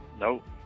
nope